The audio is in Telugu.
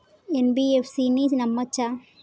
ఎన్.బి.ఎఫ్.సి ని నమ్మచ్చా?